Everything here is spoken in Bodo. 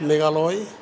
मेघालय